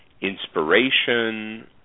inspiration